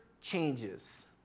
changes